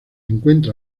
encuentra